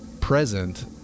present